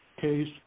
case